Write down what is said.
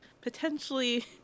potentially